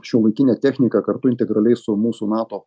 šiuolaikine technika kartu integraliai su mūsų nato